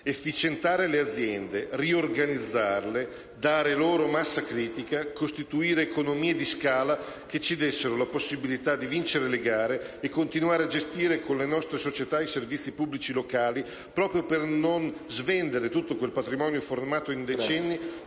efficientare le aziende, riorganizzarle, dare loro massa critica, costituire economie di scala che ci dessero la possibilità di vincere le gare e continuare a gestire con le nostre società i servizi pubblici locali, proprio per non svendere tutto quel patrimonio formato in decenni